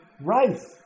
rice